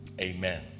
Amen